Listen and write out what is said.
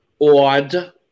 Odd